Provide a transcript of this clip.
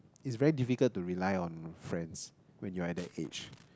is very difficult to rely on friends when you at that age